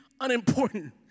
unimportant